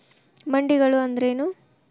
ಮಂಡಿಗಳು ಅಂದ್ರೇನು?